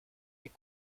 est